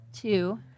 Two